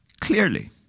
Clearly